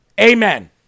Amen